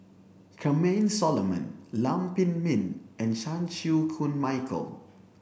Charmaine Solomon Lam Pin Min and Chan Chew Koon Michael